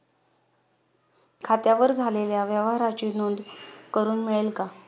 खात्यावर झालेल्या व्यवहाराची नोंद करून मिळेल का?